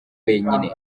wenyine